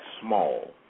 small